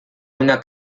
una